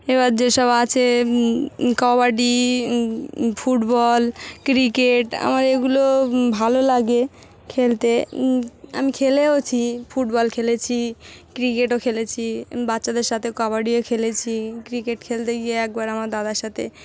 এবার যেসব আছে কাবাডি ফুটবল ক্রিকেট আমার এগুলো ভালো লাগে খেলতে আমি খেলেওছি ফুটবল খেলেছি ক্রিকেটও খেলেছি বাচ্চাদের সাথে কাবাডিও খেলেছি ক্রিকেট খেলতে গিয়ে একবার আমার দাদার সাথে